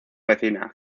vecina